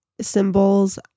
symbols